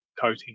coating